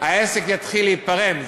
העסק יתחיל להיפרם.